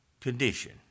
condition